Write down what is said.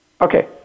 Okay